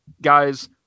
guys